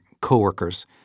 coworkers